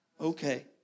Okay